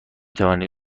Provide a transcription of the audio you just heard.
توانید